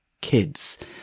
Kids